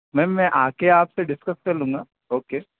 ma'am मैं आ कर आप से डिस्कस कर लूँगा ओके